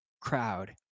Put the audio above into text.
crowd